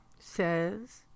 says